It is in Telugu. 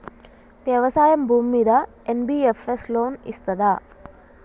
వ్యవసాయం భూమ్మీద ఎన్.బి.ఎఫ్.ఎస్ లోన్ ఇస్తదా?